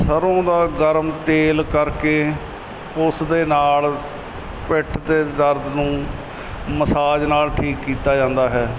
ਸਰ੍ਹੋਂ ਦਾ ਗਰਮ ਤੇਲ ਕਰਕੇ ਉਸ ਦੇ ਨਾਲ ਸ ਪਿੱਠ ਦੇ ਦਰਦ ਨੂੰ ਮਸਾਜ ਨਾਲ ਠੀਕ ਕੀਤਾ ਜਾਂਦਾ ਹੈ